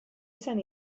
izan